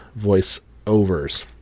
voiceovers